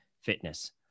fitness